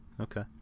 okay